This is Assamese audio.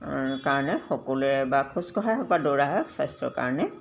কাৰণে সকলোৱে বা খোজকঢ়াই হওক বা দৌৰাই হওক স্বাস্থ্যৰ কাৰণে